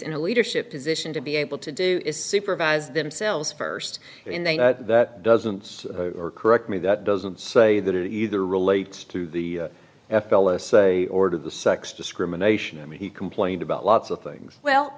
in a leadership position to be able to do is supervise themselves first and then that doesn't correct me that doesn't say that it either relates to the f l a say or did the sex discrimination i mean he complained about lots of things well